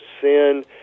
sin